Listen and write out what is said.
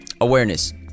Awareness